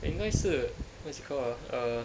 应该是 what's it called uh err